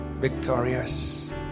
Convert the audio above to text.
victorious